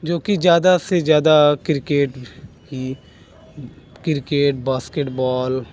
जो कि ज़्यादा से ज़्यादा किरकेट ही किरकेट बास्केटबॉल